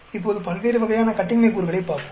இப்போது பல்வேறு வகையான கட்டின்மை கூறுகளைப் பார்ப்போம்